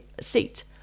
seat